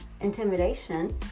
Intimidation